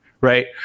right